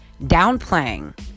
downplaying